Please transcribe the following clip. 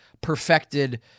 perfected